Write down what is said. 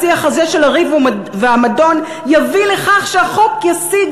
השיח הזה של הריב והמדון יביא לכך שהחוק ישיג